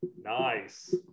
Nice